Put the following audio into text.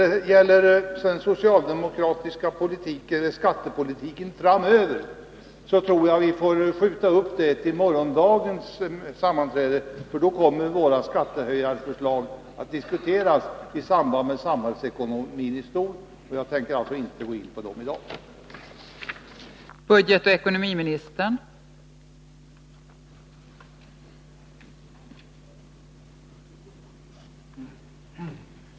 Diskussionen om den socialdemokratiska skattepolitiken framöver får vi skjuta upp till morgondagens sammanträde. Då kommer våra skattehöjningsförslag att behandlas i samband med samhällsekonomin i stort. Jag tänker därför inte gå in på våra förslag i dag.